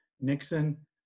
nixon